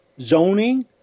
zoning